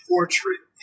portrait